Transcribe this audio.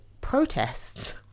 protests